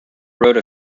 wrote